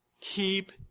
keep